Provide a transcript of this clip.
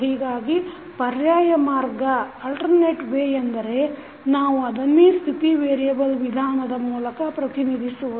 ಹೀಗಾಗಿ ಪರ್ಯಾಯ ಮಾರ್ಗ ಎಂದರೆ ನಾವು ಅದನ್ನೇ ಸ್ಥಿತಿ ವೆರಿಯೆಬಲ್ ವಿಧಾನದ ಮೂಲಕ ಪ್ರತಿನಿಧಿಸುವುದು